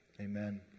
amen